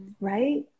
right